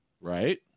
Right